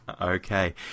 Okay